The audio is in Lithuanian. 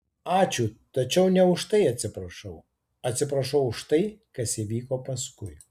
ačiū tačiau ne uitai atsiprašau atsiprašau už tai kas įvyko paskui